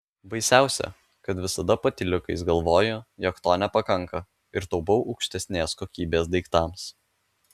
baisiausia kad visada patyliukais galvoju jog to nepakanka ir taupau aukštesnės kokybės daiktams